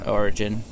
origin